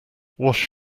wash